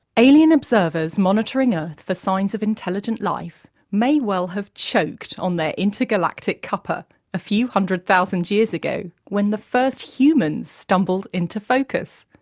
alien observers monitoring earth ah for signs of intelligent life may well have choked on their intergalactic cuppa a few hundred thousand years ago when the first humans stumbled into focus,